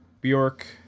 Bjork